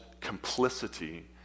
complicity